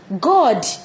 God